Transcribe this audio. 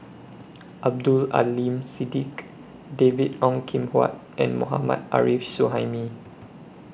Abdul Aleem Siddique David Ong Kim Huat and Mohammad Arif Suhaimi